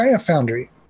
foundry